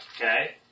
okay